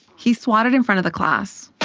he swatted in front of the class,